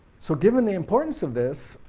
so given the importance of this,